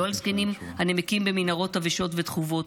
-- לא על זקנים הנמקים במנהרות עבשות וטחובות,